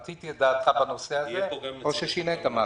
רציתי את דעתך בנושא הזה, או ששינית משהו.